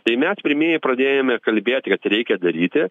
tai mes pirmieji pradėjome kalbėti kad reikia daryti